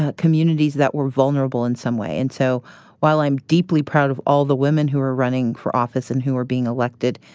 ah communities that were vulnerable in some way. and so while i'm deeply proud of all the women who are running for office and who are being elected,